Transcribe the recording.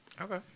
Okay